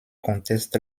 conteste